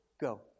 go